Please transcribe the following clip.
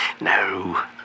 No